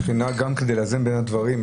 כדי לאזן בין הדברים,